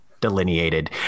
delineated